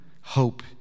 hope